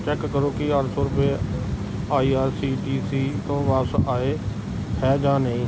check ਕਰੋ ਕਿ ਅੱਠ ਸੌ ਰੁਪਏ I R C T C ਤੋਂ ਵਾਪਸ ਆਏ ਹੈ ਜਾਂ ਨਹੀਂ